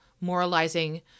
moralizing